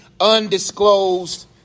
undisclosed